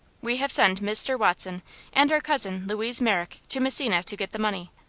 we have sent mr. watson and our cousin louise merrick to messina to get the money.